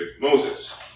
Moses